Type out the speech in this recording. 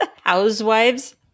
Housewives